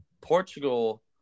Portugal